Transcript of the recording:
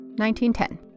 1910